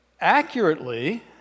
accurately